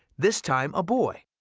this time a boy,